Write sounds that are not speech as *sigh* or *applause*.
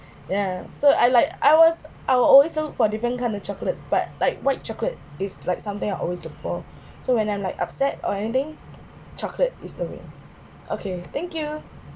*breath* yeah so I like I was I will always look for different kind of chocolates but like white chocolate is like something I always look for *breath* so when I'm like upset or anything chocolate is the way okay thank you